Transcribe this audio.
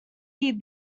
heed